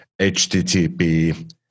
HTTP